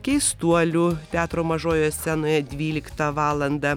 keistuolių teatro mažojoje scenoje dvyliktą valandą